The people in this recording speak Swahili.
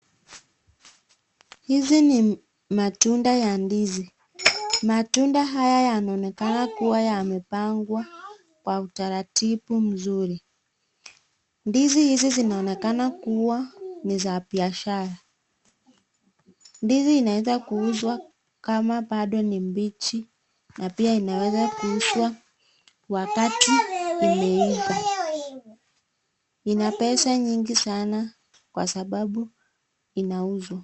Hizi ni matunda ya ndizi. Matunda haya yanaonekana kuwa yamepangwa kwa utaratibu mzuri. Ndizi hizi zinaonekana kuwa ni za biashara. Ndizi inawezwa kuuzwa kama bado ni mbichi na pia inawezwa kuuzwa wakati imeiva. Ina pesa nyingi sana kwa sababu inauzwa.